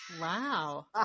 Wow